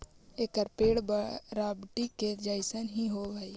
एकर पेड़ बरबटी के जईसन हीं होब हई